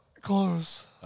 Close